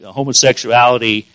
homosexuality